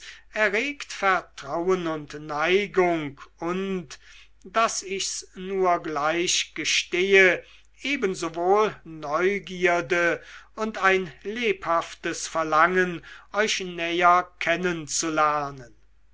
erregt vertrauen und neigung und daß ich's nur gleich gestehe ebensowohl neugierde und ein lebhaftes verlangen euch näher